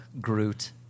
Groot